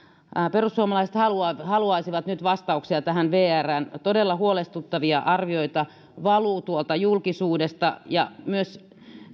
perussuomalaiset haluaisivat nyt vastauksia vrstä todella huolestuttavia arvioita valuu julkisuudesta ja myös